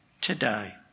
today